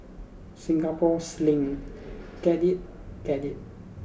Singapore Sling get it get it